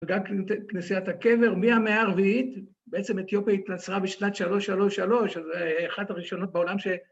‫וגם כנסיית הקבר מהמאה הרביעית, ‫בעצם אתיופיה התנצרה בשנת 333, ‫אז אחת הראשונות בעולם ש...